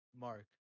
Mark